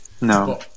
No